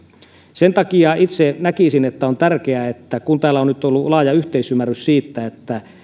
sen takia itse näkisin että on tärkeää että kun täällä on nyt ollut laaja yhteisymmärrys siitä että